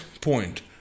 point